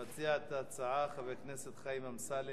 הצעה לסדר-היום מס' 3793. מציע את ההצעה חבר הכנסת חיים אמסלם.